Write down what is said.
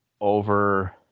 over –